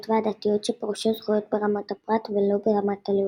והדתיות" שפירושו זכויות ברמת הפרט ולא ברמת הלאום.